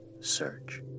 Search